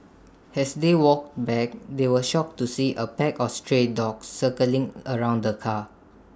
as they walked back they were shocked to see A pack of stray dogs circling around the car